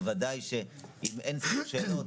בוודאי עם אין סוף שאלות,